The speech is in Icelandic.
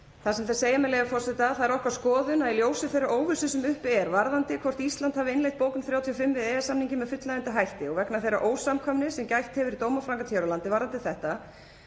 Þeir segja, með leyfi forseta: „Það er okkar skoðun að í ljósi þeirrar óvissu sem uppi er varðandi hvort Ísland hafi innleitt bókun 35 við EES-samninginn með fullnægjandi hætti, og vegna þeirrar ósamkvæmni sem gætt hefur í dómaframkvæmd hér á landi varðandi þetta,